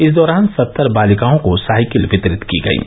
इस दौरान सत्तर बालिकाओं को साइकिल वितरित की गयीं